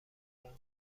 دارم